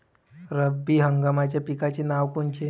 रब्बी हंगामाच्या पिकाचे नावं कोनचे?